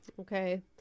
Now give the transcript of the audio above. okay